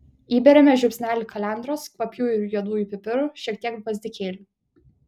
įberiame žiupsnelį kalendros kvapiųjų ir juodųjų pipirų šiek tiek gvazdikėlių